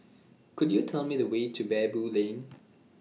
Could YOU Tell Me The Way to Baboo Lane